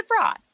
fraud